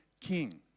king